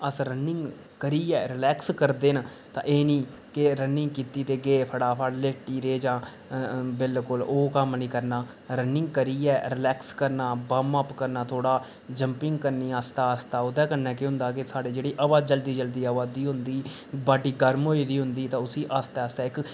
अस रनिंग करियै रिलेक्स करदे न तां एह् नेईं के रनिंग कीती ते गेफटाफट लेटी रेह जां बिलकुल ओह् कम्म नेईं करना रनिंग करियै रिलेक्स करना वार्मअप करना थोह्ड़ा जपिंग करनी आस्तै आस्तै ओह्दे कन्नै केह् होंदा के साढ़े जेहड़ी हबा जल्दी जल्दी अबा दी होंदी बाडी गर्म होई दी होंदी ते उसी आस्तै आस्तै इक